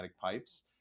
pipes